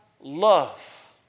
love